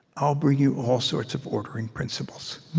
i'll bring you all sorts of ordering principles.